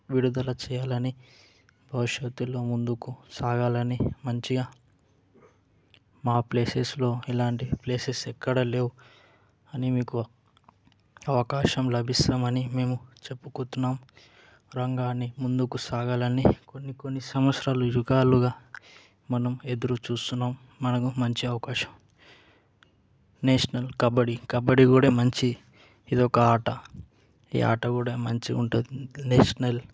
విడుదల చేయాలని భవిష్యత్తులో ముందుకు సాగాలని మంచిగా మా ప్లేసెస్లో ఇలాంటి ప్లేసెస్ ఎక్కడా లేవు అని మీకు అవకాశం లభిస్తామని మేము చెప్పుకుంటున్నాము రంగాన్ని ముందుకు సాగాలని కొన్ని కొన్ని సంవత్సరాలు యుగాలుగా మనం ఎదురు చూస్తున్నాము మనకు మంచి అవకాశం నేషనల్ కబడ్డీ కబడ్డీ కూడా మంచి ఇది ఒక ఆట ఈ ఆట కూడా మంచిగా ఉంటుంది నేషనల్